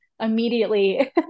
immediately